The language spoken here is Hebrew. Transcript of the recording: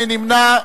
מי נמנע?